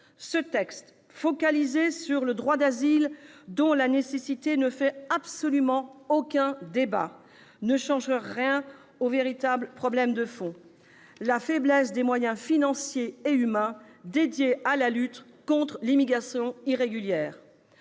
Ce texte, focalisé sur le droit d'asile, dont la nécessité ne fait absolument aucun débat, ne changera rien au véritable problème de fond : la faiblesse des moyens financiers et humains alloués à la lutte contre l'immigration irrégulière.